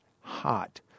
hot